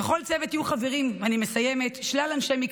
אני מסיימת.